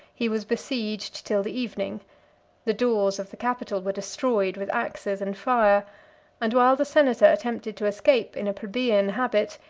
he was besieged till the evening the doors of the capitol were destroyed with axes and fire and while the senator attempted to escape in a plebeian habit,